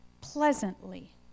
pleasantly